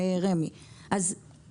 לשמר אותן?